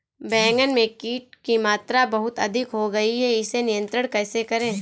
बैगन में कीट की मात्रा बहुत अधिक हो गई है इसे नियंत्रण कैसे करें?